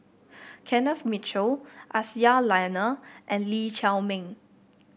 Kenneth Mitchell Aisyah Lyana and Lee Chiaw Meng